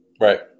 Right